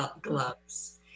gloves